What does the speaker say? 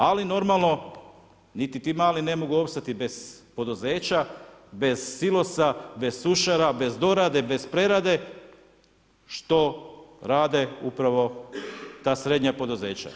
Ali, normalno, niti ti mali ne mogu opstati bez poduzeća, bez silosa, bez sušera, bez dorade, bez prerade, što rade upravo ta srednja poduzeća.